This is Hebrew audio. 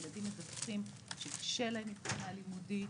ילדים מדווחים שקשה להם מבחינה לימודית,